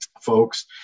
folks